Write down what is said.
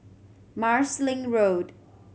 Marsiling Road